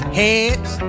heads